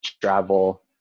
travel